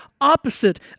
opposite